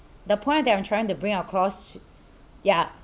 the point that I'm trying to bring across yeah